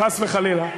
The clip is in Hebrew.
חס וחלילה.